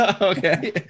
Okay